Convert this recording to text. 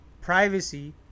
Privacy